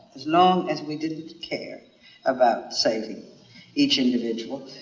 as long as we didn't care about saving each individual.